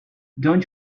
don’t